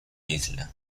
isla